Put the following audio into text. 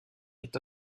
est